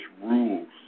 rules